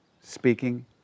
speaking